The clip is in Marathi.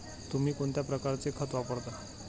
तुम्ही कोणत्या प्रकारचे खत वापरता?